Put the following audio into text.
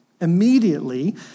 immediately